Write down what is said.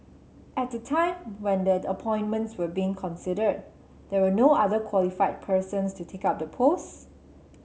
at the time when the appointments were being considered there were no other qualified persons to take up the posts